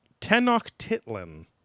Tenochtitlan